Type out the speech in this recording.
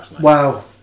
Wow